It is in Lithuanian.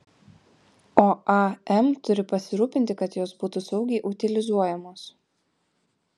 o am turi pasirūpinti kad jos būtų saugiai utilizuojamos